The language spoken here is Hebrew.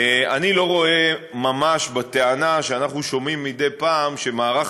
אני לא רואה ממש בטענה שאנחנו שומעים מדי פעם שמערך